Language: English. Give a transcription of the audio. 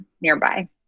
nearby